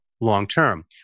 long-term